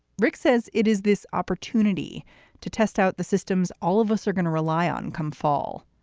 rick says it is this opportunity to test out the systems all of us are going to rely on come fall.